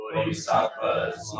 Bodhisattvas